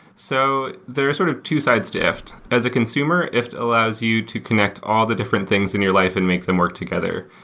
so there are sort of two sides to ifttt. as a consumer, ifttt allows you to connect all the different things in your life and make them work together,